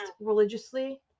religiously